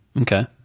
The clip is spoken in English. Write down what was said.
Okay